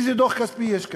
איזה דוח כספי יש כאן?